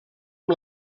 amb